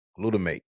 glutamate